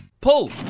Pull